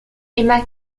emma